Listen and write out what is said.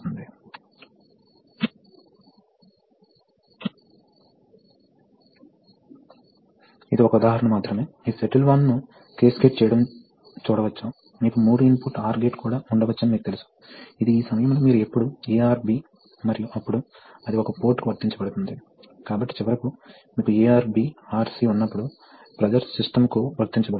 అప్పుడు volume filled విలువ A X అవుతుంది మరియు ఎక్సపెల్డ్ వాల్యూమ్ X అవుతుంది కాబట్టి ఇది V1 అయితే మరియు ఇది V2 అయితే బయటకు వస్తోంది v2 v1 A 1 a A 1 1 K K